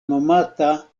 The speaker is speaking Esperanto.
nomata